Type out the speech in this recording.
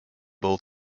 bull